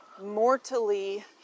mortally